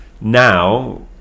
now